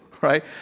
right